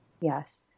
Yes